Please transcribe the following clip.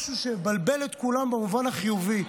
משהו שיבלבל את כולם במובן החיובי,